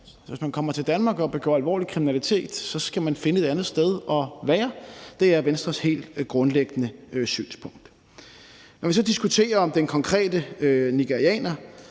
Hvis man kommer til Danmark og begår alvorlig kriminalitet, skal man finde et andet sted at være. Det er Venstres helt grundlæggende synspunkt. Når vi diskuterer den konkrete nigerianer,